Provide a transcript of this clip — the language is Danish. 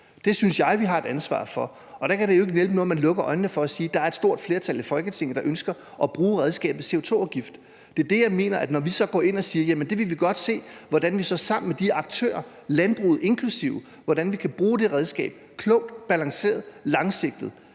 Det synes jeg vi har et ansvar for. Der kan det jo ikke nytte noget, at man lukker øjnene for, at der er et stort flertal i Folketinget, der ønsker at bruge redskabet CO2-afgift. Det er det, jeg mener, når vi så går ind og siger, at der vil vi godt se, hvordan vi så sammen med de aktører inklusiv landbruget kan bruge det redskab klogt, balanceret og langsigtet.